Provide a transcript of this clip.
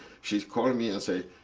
she call me and say,